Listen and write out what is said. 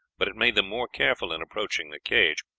but it made them more careful in approaching the cage,